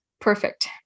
perfect